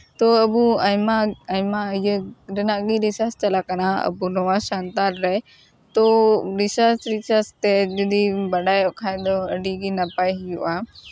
ᱛᱳ ᱟᱵᱚ ᱟᱭᱢᱟ ᱟᱭᱢᱟ ᱤᱭᱟᱹ ᱨᱮᱱᱟᱜ ᱜᱮ ᱨᱤᱥᱟᱨᱪ ᱪᱟᱞᱟᱜ ᱠᱟᱱᱟ ᱟᱵᱚ ᱱᱚᱣᱟ ᱥᱟᱱᱛᱟᱞ ᱨᱮ ᱛᱳ ᱨᱤᱥᱟᱨᱪ ᱨᱤᱥᱟᱨᱪ ᱛᱮ ᱡᱩᱫᱤ ᱵᱟᱰᱟᱭᱚᱜ ᱠᱷᱟᱡ ᱫᱚ ᱟᱹᱰᱤᱜᱮ ᱱᱟᱯᱟᱭ ᱦᱩᱭᱩᱜᱼᱟ